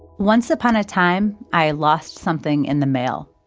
once upon a time, i lost something in the mail.